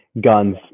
guns